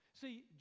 See